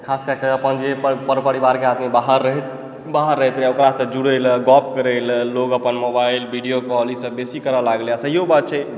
खासकऽ कऽ अपन पर परिवारके आदमी जे बाहर रहैत रहय ओकरासँ जुड़यलऽ गप करय लऽ लोग अपन मोबाइल भीडियो कॉल ईसभ बेसी करऽ लागलय आओर सहिओ बात छै